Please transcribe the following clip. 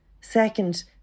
Second